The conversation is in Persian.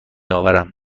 آورم